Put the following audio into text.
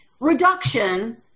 reduction